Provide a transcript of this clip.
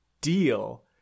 deal